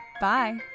bye